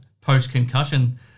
post-concussion